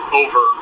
over